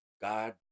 God